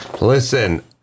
Listen